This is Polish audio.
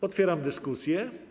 Otwieram dyskusję.